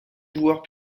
pouvoirs